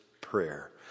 prayer